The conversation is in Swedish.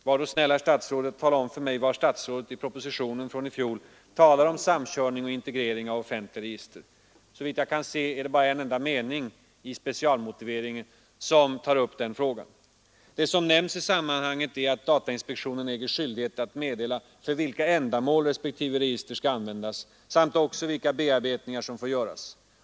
Var då snäll, herr statsråd, och tala om för mig var statsrådet i propositionen från i fjol talar om samkörning och integrering av offentliga register! Såvitt jag kan se är det bara i en enda mening i specialmotiveringen som man tar upp denna fråga. Det som nämns i sammanhanget är att datainspektionen äger skyldighet att meddela för vilka ändamål respektive register skall användas samt också vilka bearbetningar som får göras.